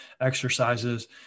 exercises